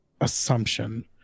assumption